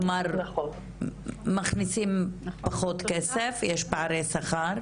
כלומר מכניסים פחות כסף, יש פערי שכר,